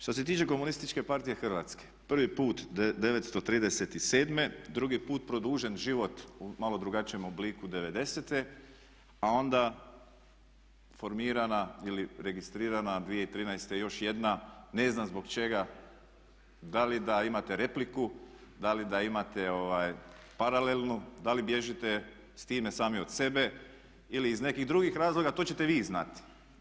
Što se tiče Komunističke partije Hrvatske prvi put 937., drugi put produžen život u malo drugačijem obliku '90.-te a onda formirana ili registrirana 2013. ne znam zbog čega, da li da imate repliku, da li da imate paralelnu, da li bježite s time sami od sebe ili iz nekih drugih razloga, to ćete vi znati.